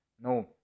No